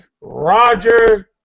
Roger